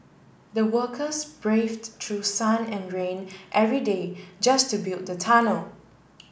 the workers braved through sun and rain every day just to build the tunnel